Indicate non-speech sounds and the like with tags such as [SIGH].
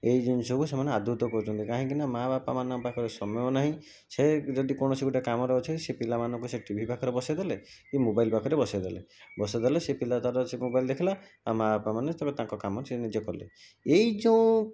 ଏଇ ଜିନିଷକୁ ସେମାନେ ଆଦୃତ କରୁଛନ୍ତି କାହିଁକି ନା ମା' ବାପା ମାନଙ୍କ ପାଖରେ ସମୟ ନାହିଁ ସେ ଯଦି କୌଣସି ଗୋଟେ କାମରେ ଅଛି ସେ ପିଲାମାନଙ୍କୁ ସେ ଟି ଭି ପାଖରେ ବସେଇ ଦେଲେ କି ମୋବାଇଲ୍ ପାଖରେ ବସେଇଦେଲେ ବସେଇଦେଲେ ସେ ପିଲା ତା'ର ସେ ମୋବାଇଲ୍ ଦେଖିଲା ଆଉ ମା' ବାପାମାନେ [UNINTELLIGIBLE] ତାଙ୍କ କାମ ସେ ନିଜେ କଲେ ଏଇ ଯେଉଁ